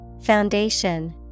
Foundation